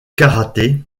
karaté